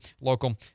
local